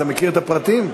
אתה מכיר את הפרטים?